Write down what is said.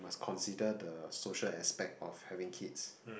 must consider the the social aspect of having kids